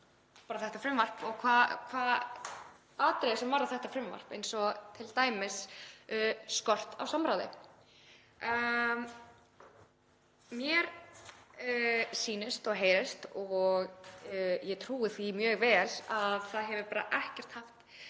þetta frumvarp og atriði sem varða þetta frumvarp eins og t.d. skort á samráði. Mér sýnist og heyrist og ég trúi því mjög vel að það hafi ekki verið haft